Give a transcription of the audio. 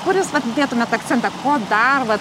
kur jūs vat dėtumėt akcentą ko dar vat